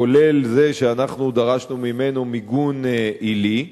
כולל זה שאנחנו דרשנו מיגון עילי שלו.